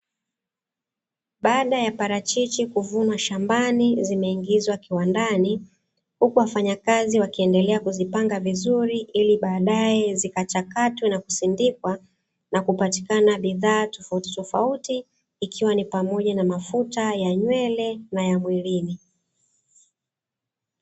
Baada ya parachichi kuvunwa shambani zimeingizwa kiwandani, huku wafanyakazi wakiendelea kuzipanga vizuri ili badae zika chakatwe na kusindikwa na kupatikana bidhaa tofauti tofauti, ikiwa ni pamoja na mafuta ya nywele, na ya mwilini.